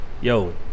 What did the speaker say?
yo